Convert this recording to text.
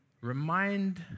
remind